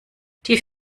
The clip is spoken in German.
tief